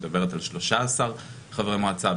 מדברת על 13 חברי מועצה.